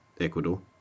Ecuador